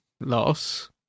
loss